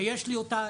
שיש לי אותה,